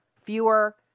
Fewer